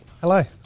Hello